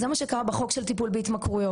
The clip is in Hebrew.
זה מה שקרה בחוק של טיפול בהתמכרויות,